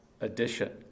Edition